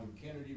Kennedy